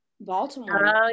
Baltimore